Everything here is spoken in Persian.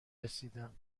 رسیدم